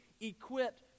equipped